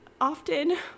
often